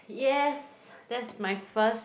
yes that's my first